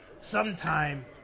Sometime